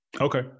Okay